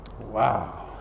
Wow